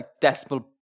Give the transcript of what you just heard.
decimal